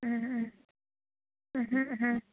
ꯎꯝꯎꯝ ꯎꯝꯍ ꯎꯃꯍ